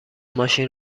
ماشین